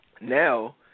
Now